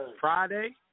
Friday